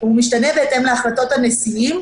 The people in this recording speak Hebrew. משתנה בהתאם להחלטות הנשיאים,